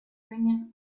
ringing